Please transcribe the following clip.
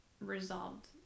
resolved